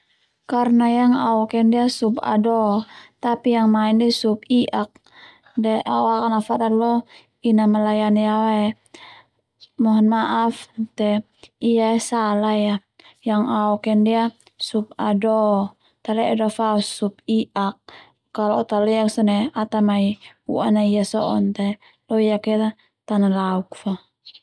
Karna yang au oke ndia sup ado tapi yang mai ndia sup i'ak de au akan afada lo ina melayani au ndia ae mohon maaf te ia salah ia yang au oke ndia sup ado tale'e de o fe au sup i'ak kalo o tao loiak sone au ta mai ua'a nai ia soon te ia ia ta nelauk fa.